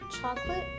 Chocolate